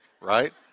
right